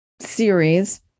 series